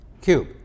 cube